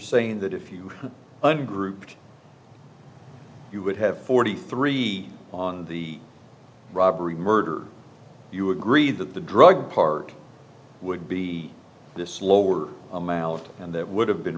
saying that if you a group you would have forty three on the robbery murder you agree that the drug part would be this slower and that would have been